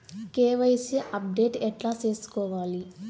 KYC update ఎట్లా సేసుకోవాలి?